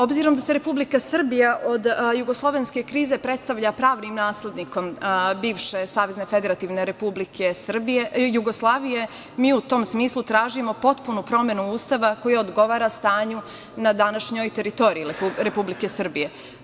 Obzirom da se Republika Srbija od jugoslovenske krize predstavlja pravnim naslednikom bivše SFRJ, mi u tom smislu tražimo potpunu promenu Ustava koji odgovara stanju na današnjoj teritoriji Republike Srbije.